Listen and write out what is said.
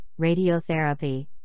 radiotherapy